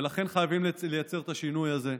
ולכן חייבים לייצר את השינוי הזה.